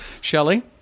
Shelly